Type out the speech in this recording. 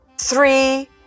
three